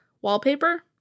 wallpaper